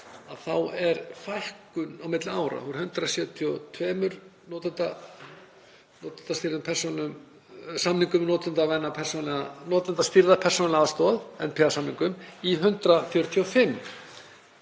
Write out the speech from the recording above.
þá er fækkun á milli ára, úr 172 samningum um notendastýrða persónulega aðstoð, NPA-samningum, í 145.